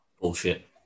Bullshit